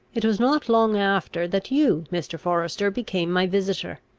it was not long after, that you, mr. forester, became my visitor.